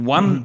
One